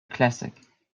classic